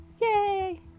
Yay